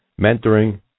mentoring